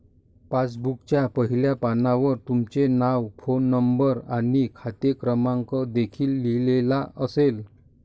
पासबुकच्या पहिल्या पानावर तुमचे नाव, फोन नंबर आणि खाते क्रमांक देखील लिहिलेला असेल